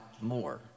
more